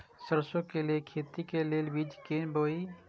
सरसों के लिए खेती के लेल बीज केना बोई?